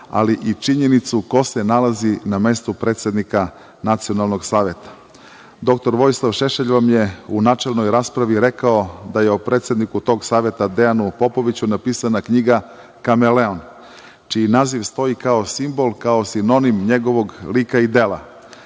ali i činjenicu ko se nalazi na mestu predsednika Nacionalnog saveta. Doktor Vojislav Šešelj vam je u načelnoj raspravi rekao da je o predsedniku tog saveta Dejanu Popoviću napisana knjiga „Kameleon“, čiji naziv stoji kao simbol, kao sinonim njegovog lika i dela.